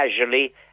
casually